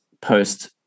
post